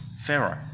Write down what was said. Pharaoh